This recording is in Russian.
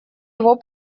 его